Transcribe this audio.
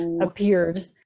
appeared